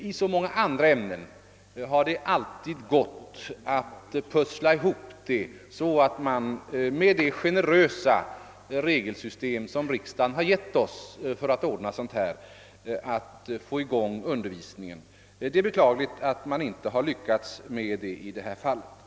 I många andra ämnen har det gått att pussla ihop det och få igång undervisningen med tillämpande av det generösa regelsystem som riksdagen beslutat om i frågor av detta slag. Det är beklagligt att man inte lyckats med det i Göteborg.